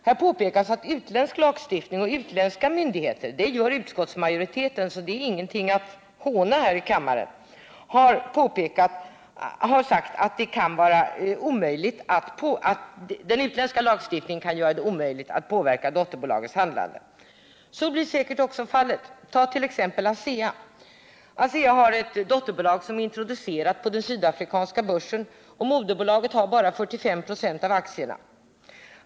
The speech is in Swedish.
Här påpekas — det gör utskottsmajoriteten, och det är ingenting att håna här i kammaren -— att utländsk lagstiftning och utländska myndigheter kan komma att göra det omöjligt att påverka dotterbolagens handlande. Så blir säkert också fallet. ASEA t.ex. har ett dotterbolag som är introducerat på den sydafrikanska börsen, och moderbolaget har endast 45 96 av aktierna.